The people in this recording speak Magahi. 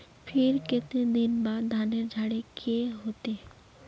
फिर केते दिन बाद धानेर झाड़े के होते?